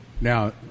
Now